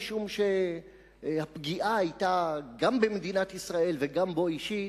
משום שהפגיעה היתה גם במדינת ישראל וגם בו אישית,